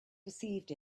perceived